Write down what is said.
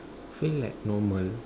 feel like normal